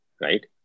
right